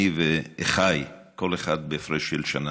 אני ואחיי, כל אחד בהפרש של שנה.